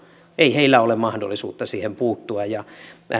ei heillä ole mahdollisuutta siihen puuttua